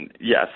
yes